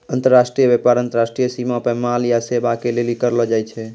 अन्तर्राष्ट्रिय व्यापार अन्तर्राष्ट्रिय सीमा पे माल या सेबा के लेली करलो जाय छै